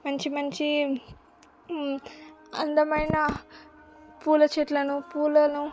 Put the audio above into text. మంచి మంచి అందమైన పూల చెట్లను పూలను